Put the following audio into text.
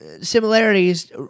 similarities